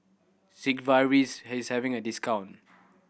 Sigvaris is having a discount